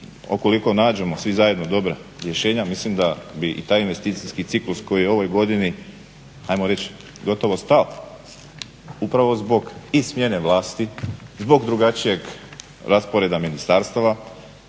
ukoliko nađemo svi zajedno dobra rješenja mislim da bi i taj investicijski ciklus koji je u ovoj godini ajmo reći gotovo stao upravo zbog i smjene vlasti, zbog drugačijeg rasporeda ministarstava